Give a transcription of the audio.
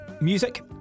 Music